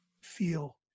feel